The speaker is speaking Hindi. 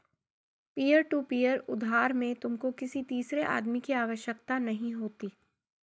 पीयर टू पीयर उधार में तुमको किसी तीसरे आदमी की आवश्यकता नहीं होती